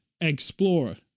Explorer